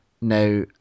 now